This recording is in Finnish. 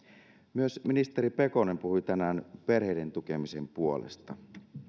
myös ministeri pekonen puhui tänään perheiden tukemisen puolesta